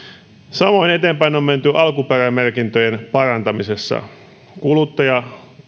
samoin eteenpäin on menty alkuperämerkintöjen parantamisessa kuluttajan